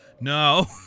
no